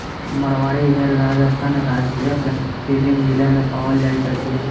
मारवाड़ी भेड़ राजस्थान राज्यक विभिन्न जिला मे पाओल जाइत अछि